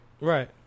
Right